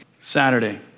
Saturday